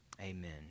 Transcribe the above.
Amen